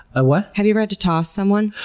a what? have you ever had to toss someone?